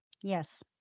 Yes